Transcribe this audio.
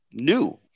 new